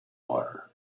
order